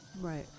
right